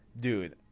dude